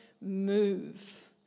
move